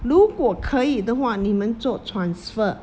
如果可以的话你们做 transfer